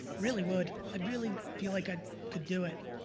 really would, i'd really feel like i could do it.